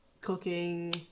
cooking